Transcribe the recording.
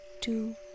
two